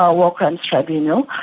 ah war crimes tribunal,